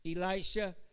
Elisha